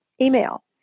email